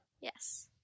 yes